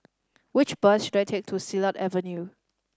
which bus should I take to Silat Avenue